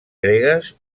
gregues